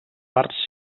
parts